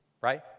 right